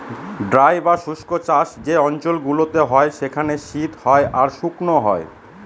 dry বা শুস্ক চাষ যে অঞ্চল গুলোতে হয় সেখানে শীত হয় আর শুকনো হয়